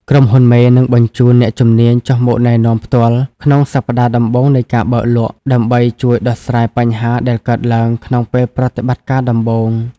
ក្រុមហ៊ុនមេនឹងបញ្ជូន "អ្នកជំនាញចុះមកណែនាំផ្ទាល់" ក្នុងសប្ដាហ៍ដំបូងនៃការបើកលក់ ដើម្បីជួយដោះស្រាយបញ្ហាដែលកើតឡើងក្នុងពេលប្រតិបត្តិការដំបូង។